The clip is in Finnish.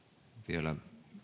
vielä